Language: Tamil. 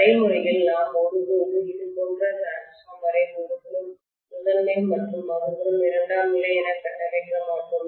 நடைமுறையில் நாம் ஒருபோதும் இது போன்ற டிரான்ஸ்பார்மர் ஐ ஒருபுறம் முதன்மை மற்றும் மறுபுறம் இரண்டாம் நிலை என கட்டமைக்க மாட்டோம்